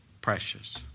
precious